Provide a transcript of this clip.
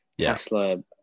Tesla